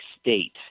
state